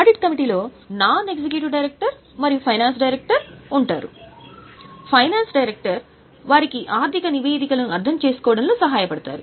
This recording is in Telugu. ఆడిట్ కమిటీలో నాన్ ఎగ్జిక్యూటివ్ డైరెక్టర్ మరియు ఫైనాన్స్ డైరెక్టర్ ఉంటారు ఫైనాన్స్ డైరెక్టర్ వారికి ఆర్థిక నివేదికలను అర్థం చేసుకోవడంలో సహాయపడతారు